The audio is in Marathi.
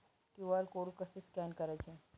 क्यू.आर कोड कसे स्कॅन करायचे?